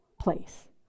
place